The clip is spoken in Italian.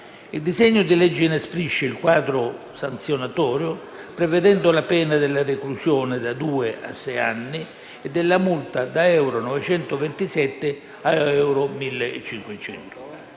Il disegno di legge inasprisce il quadro sanzionatorio, prevedendo la pena della reclusione da due a sei anni e la multa da 927 euro a 1.500 euro.